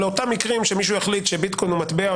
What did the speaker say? לאותם מקרים שמישהו יחליט שביטקוין הוא מטבע,